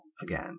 again